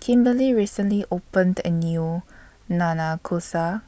Kimberlee recently opened A New Nanakusa